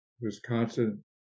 Wisconsin